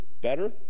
better